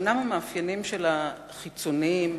שאומנם המאפיינים שלה חיצוניים,